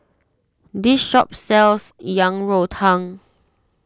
this shop sells Yang Rou Tang